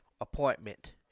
appointment